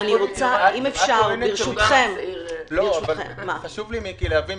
חשוב לי להבין,